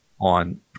On